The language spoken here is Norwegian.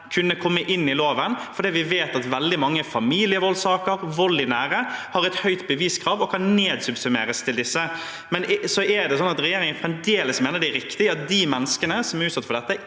kom inn i loven, for vi vet at veldig mange familievoldssaker, vold i nære relasjoner, har et høyt beviskrav og kan nedsubsummeres til disse. Mener regjeringen fremdeles det er riktig at de menneskene som er utsatt for dette,